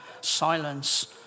silence